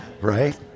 right